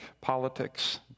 politics